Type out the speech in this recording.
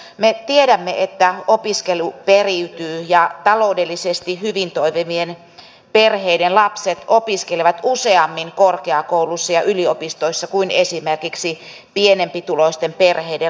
me tiedämme että opiskelu periytyy ja taloudellisesti hyvin toimivien perheiden lapset opiskelevat useammin korkeakouluissa ja yliopistoissa kuin esimerkiksi pienempituloisten perheiden lapset